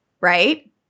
right